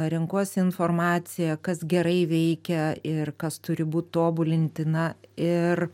renkuosi informaciją kas gerai veikia ir kas turi būt tobulintina ir